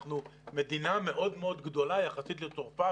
אנחנו מדינה מאוד מאוד גדולה יחסית לצרפת